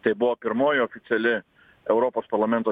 tai buvo pirmoji oficiali europos parlamento